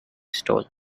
stole